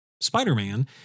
Spider-Man